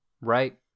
Right